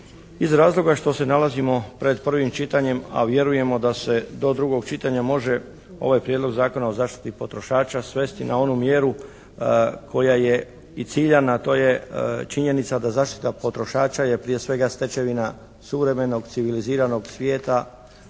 iz razloga što se nalazimo pred prvim čitanjem, a vjerujemo da se do drugog čitanja može ovaj Prijedlog Zakona o zaštiti potrošača svesti na onu mjeru koja je i ciljana, a to je činjenica da zaštita potrošača je prije svega stečevina suvremenog civiliziranog svijeta,